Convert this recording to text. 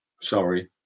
Sorry